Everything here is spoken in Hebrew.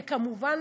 וכמובן,